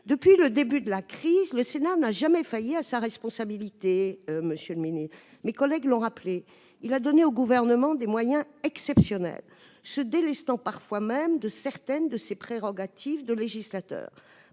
depuis le début de la crise, le Sénat n'a jamais failli à sa responsabilité, mes collègues l'ont rappelé : il a donné au Gouvernement des moyens exceptionnels, se délestant parfois même de certaines de ses prérogatives de législateur.